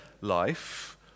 life